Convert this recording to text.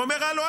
ואומר: הלו,